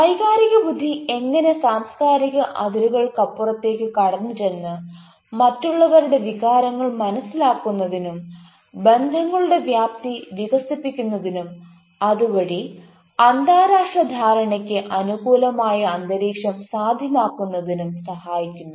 വൈകാരിക ബുദ്ധി എങ്ങനെ സാംസ്കാരിക അതിരുകൾക്കപ്പുറത്തേക്ക് കടന്നു ചെന്ന് മറ്റുള്ളവരുടെ വികാരങ്ങൾ മനസിലാക്കുന്നതിനും ബന്ധങ്ങളുടെ വ്യാപ്തി വികസിപ്പിക്കുന്നതിനും അതുവഴി അന്താരാഷ്ട്ര ധാരണയ്ക്ക് അനുകൂലമായ അന്തരീക്ഷം സാധ്യമാക്കുന്നതിനും സഹായിക്കുന്നു